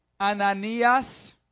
Ananias